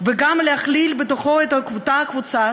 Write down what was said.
ולכלול בתוכו את אותה קבוצה,